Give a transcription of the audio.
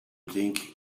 think